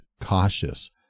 cautious